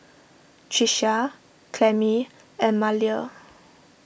Tricia Clemie and Maleah